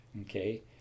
okay